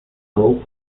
owns